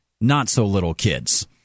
Not-so-little-kids